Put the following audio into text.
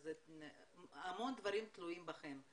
אז המון דברים תלויים בכם.